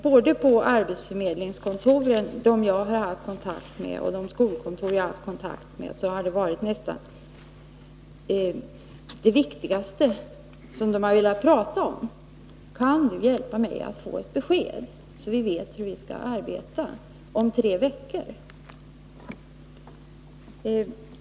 På både arbetsförmedlingskontor och skolkontor som jag har haft kontakt med har detta varit nästan det viktigaste man har velat prata om, och man har sagt: Kan du hjälpa oss att få ett besked så att vi vet hur vi skall arbeta om tre veckor?